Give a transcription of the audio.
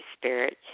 Spirit